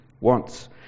wants